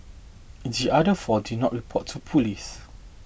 the other four did not report to police